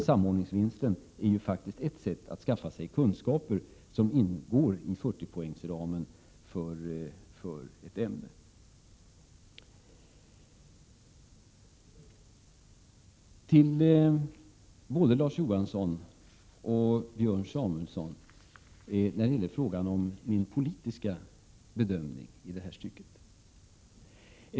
Samordningsvinsten är faktiskt ett sätt att skaffa sig kunskaper som ingår i 40-poängsramen för ett ämne. Jag vill vända mig till både Larz Johansson och Björn Samuelson när det gäller frågan om min politiska bedömning i det avseendet.